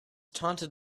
taunted